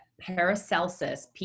paracelsus